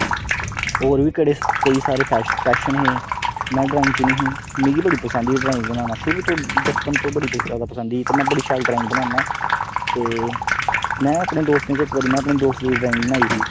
होर बी केह्ड़े केईं सारे फैशन पैशन हे में ड्रांइग चुनी ही मिगी बड़ी पसंद ही ड्रांइग बनाना शुरू तू बचपन तू गै बड़ी ज्यादा पंसद ही तें में बड़ी शैल ड्रांइग बनाना ते में अपने दोस्तें च इक बारी में अपने दोस्तें दी ड्रांइग बनाई ही